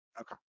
Okay